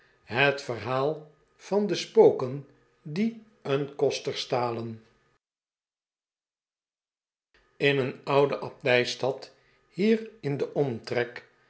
het verhaal van de spoken die een koster stalen in een oude abdijstad hier in den omtrek